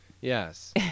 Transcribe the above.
Yes